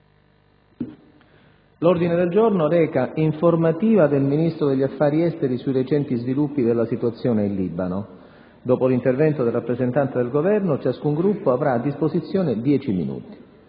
L'ordine del giorno reca: «Informativa del Ministro degli affari esteri sui recenti sviluppi della situazione in Libano». Dopo l'intervento del rappresentante del Governo, ciascun Gruppo avrà a disposizione 10 minuti.